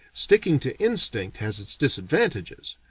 sticking to instinct has its disadvantages,